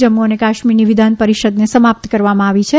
જમ્મુ અને કાશ્મીરની વિધાન પરીષદને સમાપ્ત કરવામાં આવી છે